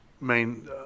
main